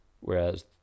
Whereas